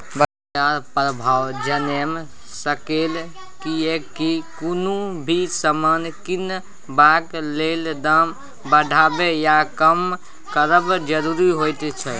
बाजार प्रभाव जनैम सकेए कियेकी कुनु भी समान किनबाक लेल दाम बढ़बे या कम करब जरूरी होइत छै